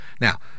Now